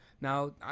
now